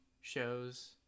shows